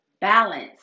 Balance